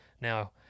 now